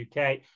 UK